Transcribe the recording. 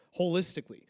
holistically